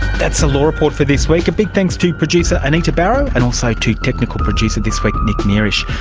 that's the law report for this week. a big thanks to producer anita barraud, and also to technical producer this week nick mierisch.